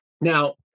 Now